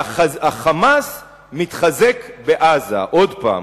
שה"חמאס" מתחזק בעזה עוד פעם.